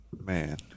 Man